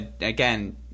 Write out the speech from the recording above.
again